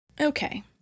Okay